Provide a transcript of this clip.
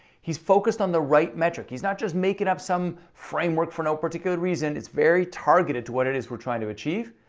he's focused on the right metric. he's not just making up some framework for no particular reason. it's very targeted to what it is we're trying to achieve.